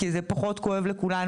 כי זה פחות כואב לכולנו,